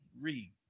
read